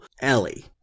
Ellie